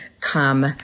come